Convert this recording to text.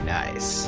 nice